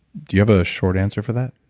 do you have a short answer for that?